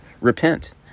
Repent